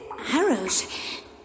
Arrows